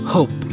Hope